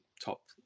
top